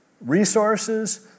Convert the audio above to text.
resources